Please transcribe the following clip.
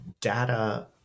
data